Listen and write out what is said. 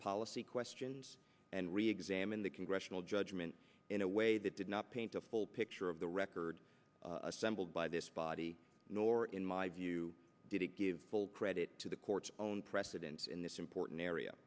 policy questions and re examine the congressional judgment in a way that did not paint a full picture of the record assembled by this body nor in my view did it give full credit to the court's own precedents in this important area